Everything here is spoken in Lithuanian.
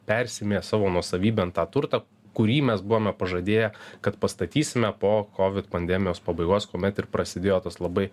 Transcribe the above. persimės savo nuosavybėn tą turtą kurį mes buvome pažadėję kad pastatysime po covid pandemijos pabaigos kuomet ir prasidėjo tas labai